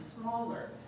smaller